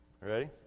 ready